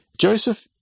Joseph